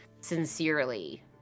sincerely